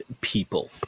people